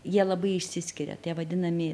jie labai išsiskiria tie vadinami